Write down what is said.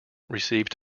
received